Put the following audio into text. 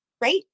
right